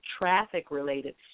traffic-related